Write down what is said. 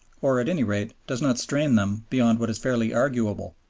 or, at any rate, does not strain them beyond what is fairly arguable.